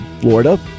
Florida